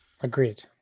agreed